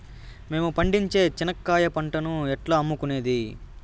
మేము పండించే చెనక్కాయ పంటను ఎట్లా అమ్ముకునేది?